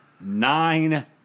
nine